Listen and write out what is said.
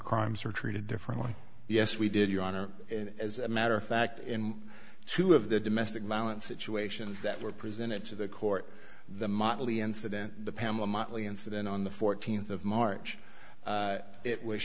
crimes are treated differently yes we did your honor and as a matter of fact in two of the domestic violence situations that were presented to the court the motley incident the pamela motley incident on the th of march it was